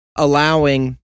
allowing